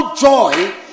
joy